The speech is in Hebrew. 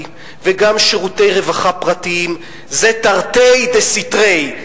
וגם שירותי רווחה פרטיים זה תרתי דסתרי.